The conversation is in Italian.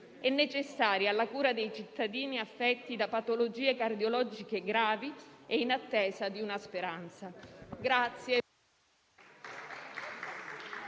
la necessaria cura dei cittadini affetti da patologie cardiologiche gravi e in attesa di una speranza.